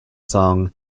song